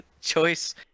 choice